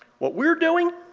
what we're doing